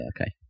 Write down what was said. Okay